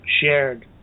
shared